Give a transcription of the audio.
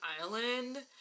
island